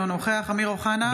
אינו נוכח אמיר אוחנה,